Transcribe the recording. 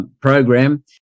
program